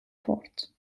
fort